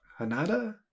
Hanada